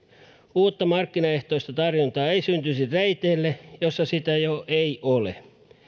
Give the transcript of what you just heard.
uutta markkinaehtoista tarjontaa ei syntyisi reiteille joilla sitä jo ei ole